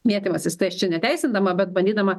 mėtymasis tai aš čia neteisindama bet bandydama